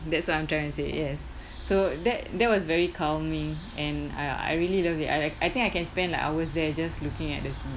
that's what I'm trying to say yes so that that was very calming and I I really love it I I think I can spend like hours there just looking at the sea